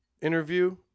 interview